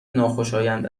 ناخوشایند